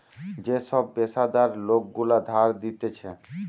যে সব পেশাদার লোক গুলা ধার দিতেছে